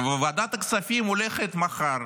וועדת הכספים הולכת מחר,